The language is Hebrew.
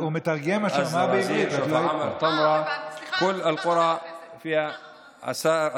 מי שמשלם יותר יכול לקנות מגרש לבנייה,